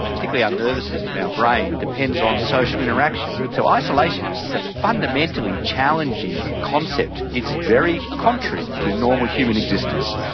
particularly our nervous system, our brain, depends on social interaction. so, isolation is a fundamentally challenging concept. it's very contrary to normal human existence.